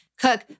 cook